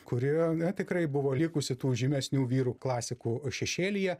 kuri na tikrai buvo likusi tų žymesnių vyrų klasikų šešėlyje